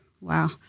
Wow